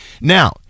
Now